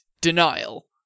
denial